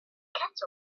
cats